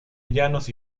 llanos